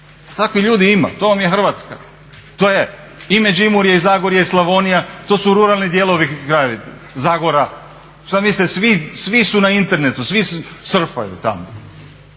takvih ljudi ima. To vam je Hrvatska. To je i Međimurje i Zagorje i Slavonija, to su ruralni dijelovi, Zagora. Šta mislite svi su na internetu, svi surfaju tamo?